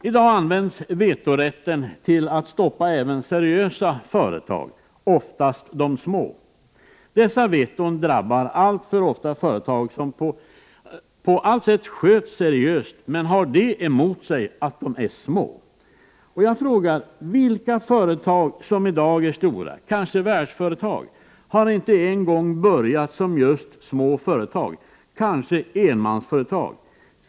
I dag används vetorätten till att stoppa även seriösa företag, oftast de små. Dessa veton drabbar alltför ofta företag som på allt sätt sköts seriöst men har det emot sig att de är små. Jag frågar: Vilka företag som i dag är stora, kanske världsföretag, har inte en gång börjat som just små företag, kanske enmansföretag?